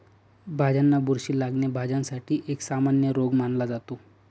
भाज्यांना बुरशी लागणे, भाज्यांसाठी एक सामान्य रोग मानला जातो